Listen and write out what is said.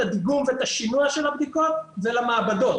הדיגום ואת השינוע של הבדיקות ולמעבדות.